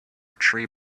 tree